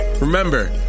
Remember